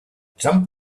jump